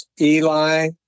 Eli